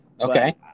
Okay